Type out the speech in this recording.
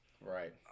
Right